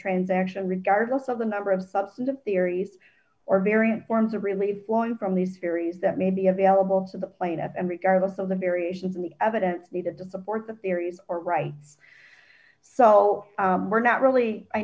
transaction regardless of the number of substantive theories or variant forms of relief flowing from the series that may be available to the plaintiff and regardless of the variations in the evidence needed to support the theory or right so we're not really i